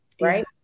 right